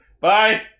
Bye